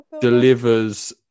delivers